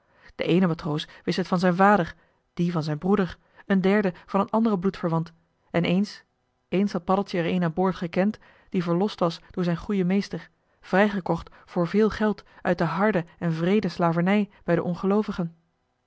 de eene matroos wist het van zijn vader die van zijn broeder een derde van een anderen bloedverwant en eens eens had paddeltje er een aan boord gekend die verlost was door zijn goeien meester vrijgekocht voor veel geld uit de harde en wreede slavernij bij de